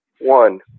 One